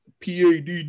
pad